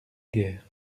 guerre